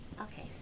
okay